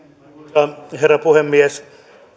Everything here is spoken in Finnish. arvoisa herra puhemies